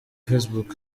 facebook